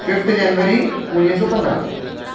fifth जनवरी उणिवीह सौ पंद्रहं